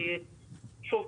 כי שוב,